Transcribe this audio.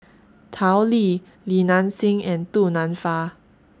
Tao Li Li Nanxing and Du Nanfa